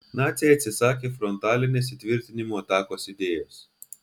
naciai atsisakė frontalinės įtvirtinimų atakos idėjos